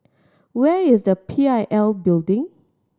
where is the P I L Building